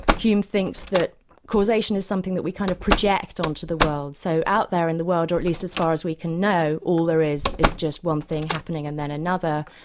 hume thinks that causation is something that we kind of project on to the world. so out there in the world or at least as far as we can know all there is is just one thing happening and then another.